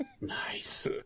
Nice